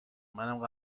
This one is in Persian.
منم